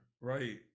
right